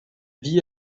vit